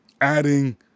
adding